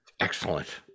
excellent